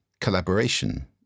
collaboration